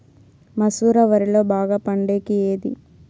మసూర వరిలో బాగా పండేకి ఏది?